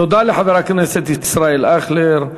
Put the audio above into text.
תודה לחבר הכנסת ישראל אייכלר.